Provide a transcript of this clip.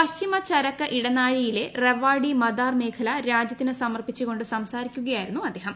പശ്ചിമ ചരക്ക് ് ഇടന്റാഴിയിലെ റെവാഡി മദാർ മേഖല രാജ്യത്തിന് സമർപ്പിച്ചുകൊണ്ട് സ്രംസാരിക്കുകയായി രുന്നു അദ്ദേഹം